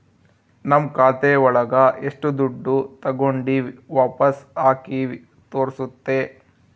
ನಮ್ ಖಾತೆ ಒಳಗ ಎಷ್ಟು ದುಡ್ಡು ತಾಗೊಂಡಿವ್ ವಾಪಸ್ ಹಾಕಿವಿ ತೋರ್ಸುತ್ತೆ